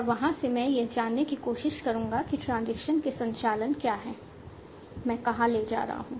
और वहां से मैं यह जानने की कोशिश करूंगा कि ट्रांजिशन के संचालन क्या हैं मैं कहां ले जा रहा हूं